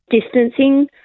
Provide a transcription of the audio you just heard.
distancing